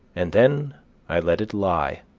and then i let it lie,